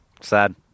Sad